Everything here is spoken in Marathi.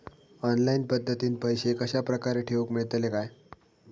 ऑनलाइन पद्धतीन पैसे कश्या प्रकारे ठेऊक मेळतले काय?